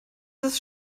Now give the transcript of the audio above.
ist